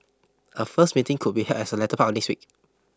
a first meeting could be held as the latter part of next week